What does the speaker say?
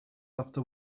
after